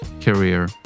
career